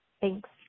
Thanks